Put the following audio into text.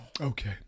Okay